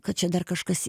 kad čia dar kažkas